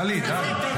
טלי די, טלי.